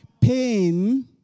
pain